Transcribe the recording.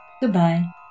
goodbye